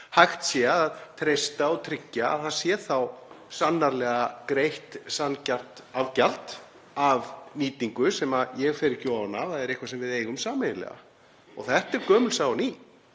hægt sé að treysta og tryggja að það sé þá sannarlega greitt sanngjarnt afgjald af nýtingu, sem ég fer ekki ofan af að er eitthvað sem við eigum sameiginlega. Og þetta er gömul saga og ný.